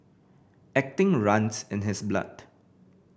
acting runs in his blood